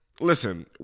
listen